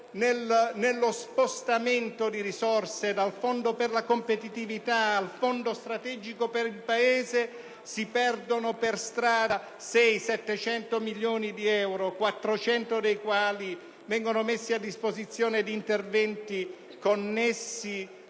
lo spostamento di risorse dal Fondo per la competitività al Fondo strategico per il Paese si perdono per strada 600-700 milioni di euro, 400 dei quali vengono messi a disposizione di interventi connessi